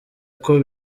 uko